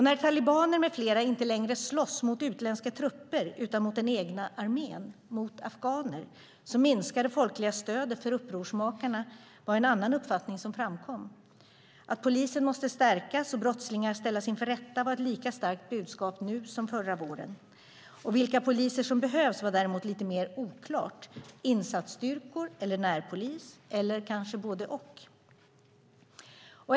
När talibaner med flera inte längre slåss mot utländska trupper utan mot den egna armén - mot afghaner - minskar det folkliga stödet för upprorsmakarna. Det var en annan uppfattning som framkom. Att polisen måste stärkas och brottslingar ställas inför rätta var ett lika starkt budskap nu som förra våren. Vilka poliser som behövs var däremot lite mer oklart - är det insatsstyrkor eller närpolis, eller kanske både och?